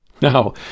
Now